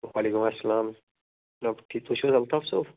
وعلیکُم اسلام ڈاکٹر ٹھیٖک تُہۍ چھِو الطاف صٲب